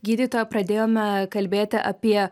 gydytoja pradėjome kalbėti apie